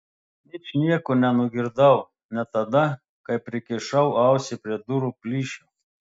ničnieko nenugirdau net tada kai prikišau ausį prie durų plyšio